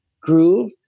groove